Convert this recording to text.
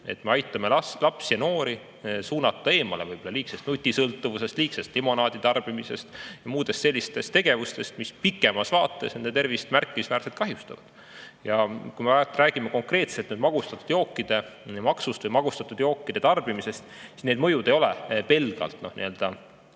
et me aitame lapsi ja noori suunata eemale liigsest nutisõltuvusest, liigsest limonaaditarbimisest või muudest sellistest tegevustest, mis pikemas vaates nende tervist märkimisväärselt kahjustavad. Kui me räägime konkreetselt magustatud joogi maksust või magustatud joogi tarbimisest, siis need mõjud ei ole pelgalt nüüd ja